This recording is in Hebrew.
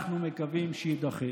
אנחנו מקווים שיידחה.